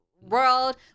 world